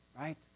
right